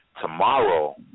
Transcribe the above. Tomorrow